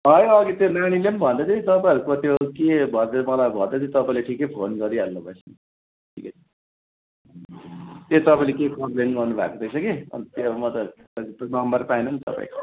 होइन अघि त्यो नानीले पनि भन्दै थियो कि तपाईँहरूको त्यो के भन्दै मलाई भन्दै थियो तपाईँले ठिकै फोन गरिहाल्नु भएछ ठिकै छ ए तपाईँले के कम्प्लेन गर्नुभएको रहेछ कि अन्त त्यो म त नम्बर पाइन नि तपाईँको